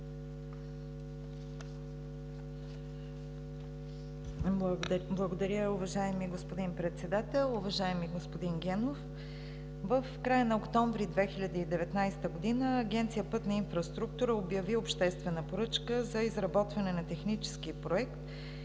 Благодаря, уважаеми господин Председател. Уважаеми господин Генов, в края на месец октомври 2019 г. Агенция „Пътна инфраструктура“ обяви обществена поръчка за изработване на Технически проект